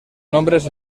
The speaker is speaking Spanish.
nombres